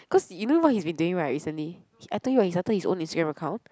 cause you know what he's been doing right recently I told you right he started his own Instagram account